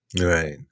Right